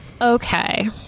okay